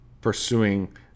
pursuing